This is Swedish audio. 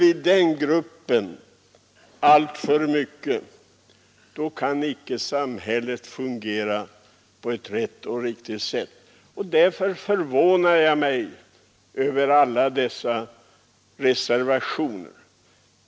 Alltför ofta kan samhället icke fungera på ett rätt och riktigt sätt. Därför förvånar jag mig över alla dessa reservationer.